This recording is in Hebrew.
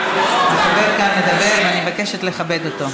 חבר כאן מדבר, אני מבקשת לכבד אותו.